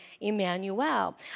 Emmanuel